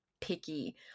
picky